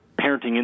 parenting